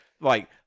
right